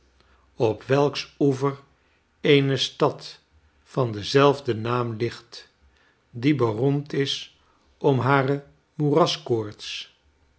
op welks oever eene stad van denzelfden naam ligt die beroemd is om hare